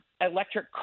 electric